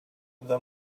this